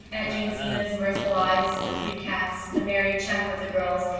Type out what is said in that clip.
aunt jamesina's mirthful eyes, the three cats, the merry chatter of the girls,